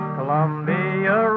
Columbia